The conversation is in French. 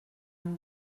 une